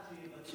הוא מגיע.